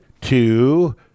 two